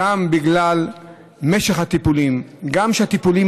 גם בגלל משך הטיפול וגם משום שהטיפולים